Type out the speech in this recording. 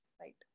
right